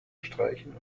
streichen